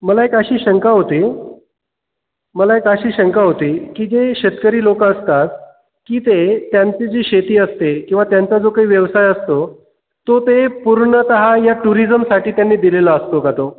मला एक अशी शंका होती मला एक अशी शंका होती की जे शेतकरी लोक असतात की ते त्यांची जी शेती असते किंवा त्यांचा जो काही व्यवसाय असतो तो ते पूर्णत या टुरिजमसाठी त्यांनी दिलेला असतो का तो